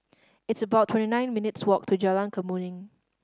it's about twenty nine minutes' walk to Jalan Kemuning